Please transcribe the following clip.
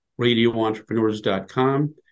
radioentrepreneurs.com